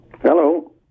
Hello